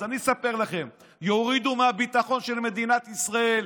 אז אני אספר לכם: יורידו מהביטחון של מדינת ישראל,